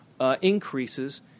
increases